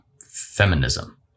feminism